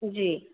जी